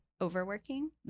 overworking